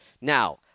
Now